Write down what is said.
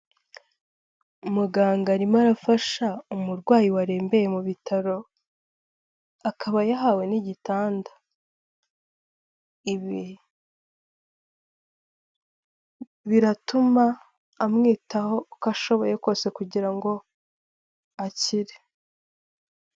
Muganga arimo arafasha umurwayi warembeye mu bitaro. Akaba yahawe n'igitanda. Ibi biratuma amwitaho uko ashoboye kose kugira ngo akire.